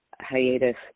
hiatus